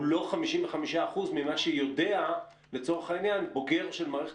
הוא לא 55% ממה שיודע בוגר של מערכת